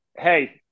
hey